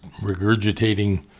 regurgitating